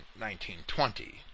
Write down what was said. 1920